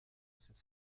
sept